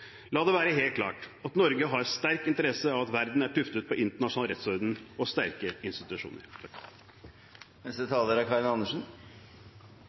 La det være helt klart at Norge har en sterk interesse av at verden er tuftet på internasjonal rettsorden og sterke institusjoner. Få regjeringer har hatt slike muligheter som den vi nå har. Da er